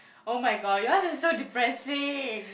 !oh-my-god! yours is so depressing